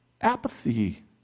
apathy